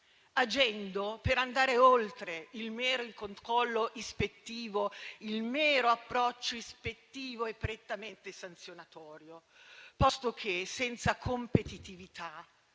agendo per andare oltre il mero controllo ispettivo e il mero approccio ispettivo e prettamente sanzionatorio, posto che senza competitività